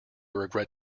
regret